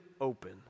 open